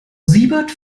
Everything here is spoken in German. siebert